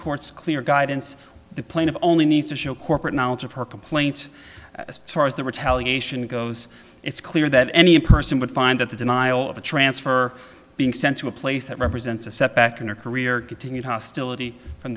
court's clear guidance the plaintiff only needs to show corporate knowledge of her complaint as far as the retaliation goes it's clear that any person would find that the denial of a transfer being sent to a place that represents a setback in her career getting it hostility from